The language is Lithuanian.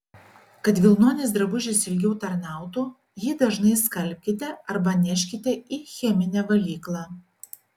kad vilnonis drabužis ilgiau tarnautų jį dažnai skalbkite arba neškite į cheminę valyklą